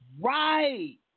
Right